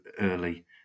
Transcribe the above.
early